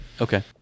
Okay